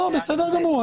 בסדר גמור.